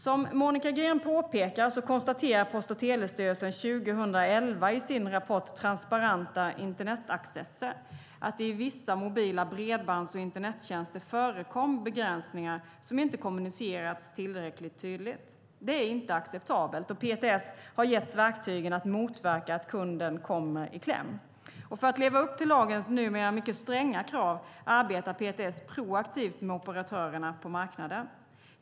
Som Monica Green påpekar konstaterar Post och telestyrelsen 2011 i sin rapport Transparenta internetaccesser att det i vissa mobila bredbands och internettjänster förekom begränsningar som inte kommunicerats tillräckligt tydligt. Det är inte acceptabelt, och PTS har getts verktygen att motverka att kunden kommer i kläm. Och för att leva upp till lagens numera mycket stränga krav arbetar PTS proaktivt med operatörerna på marknaden.